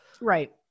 Right